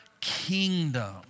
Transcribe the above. kingdom